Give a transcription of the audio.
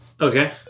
Okay